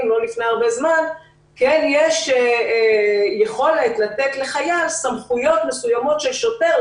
לא לפני זמן רב כן יש יכולת לתת לחייל סמכויות מסוימות של שוטר,